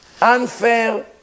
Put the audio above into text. unfair